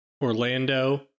Orlando